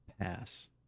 Pass